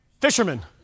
fishermen